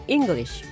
English